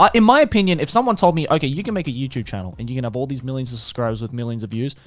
um in my opinion, if someone told me, okay, you can make a youtube channel and you can have all these millions of subscribers with millions of views,